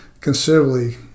considerably